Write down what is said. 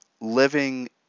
living